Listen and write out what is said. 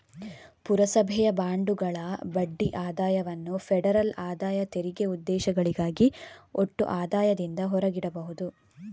ಪುರಸಭೆಯ ಬಾಂಡುಗಳ ಬಡ್ಡಿ ಆದಾಯವನ್ನು ಫೆಡರಲ್ ಆದಾಯ ತೆರಿಗೆ ಉದ್ದೇಶಗಳಿಗಾಗಿ ಒಟ್ಟು ಆದಾಯದಿಂದ ಹೊರಗಿಡಬಹುದು